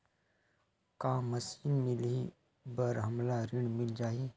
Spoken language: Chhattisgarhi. का मशीन मिलही बर हमला ऋण मिल जाही?